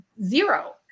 Zero